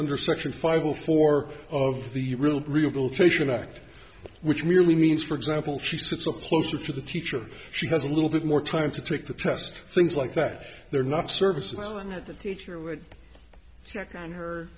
under section five all four of the really rehabilitation act which merely means for example she sets up closer to the teacher she has a little bit more time to take the test things like that they're not services that they care would check on